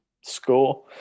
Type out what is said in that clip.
score